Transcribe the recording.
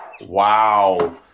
Wow